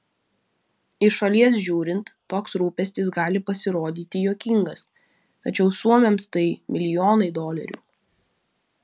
iš šalies žiūrint toks rūpestis gali pasirodyti juokingas tačiau suomiams tai milijonai dolerių